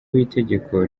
w’itegeko